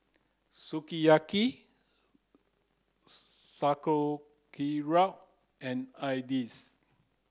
Sukiyaki Sauerkraut and Idili